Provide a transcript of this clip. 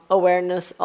awareness